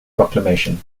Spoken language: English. proclamation